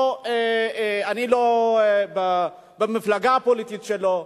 אני לא במפלגה הפוליטית שלו,